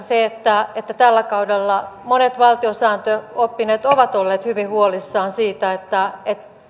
se että että tällä kaudella monet valtiosääntöoppineet ovat olleet hyvin huolissaan siitä että